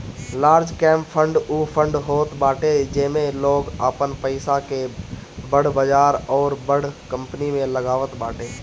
large cap fund उ fund होत बाटे जेमे लोग आपन पईसा के बड़ बजार अउरी बड़ कंपनी में लगावत बाटे